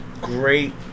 great